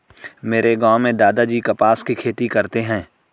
मेरे गांव में दादाजी कपास की खेती करते हैं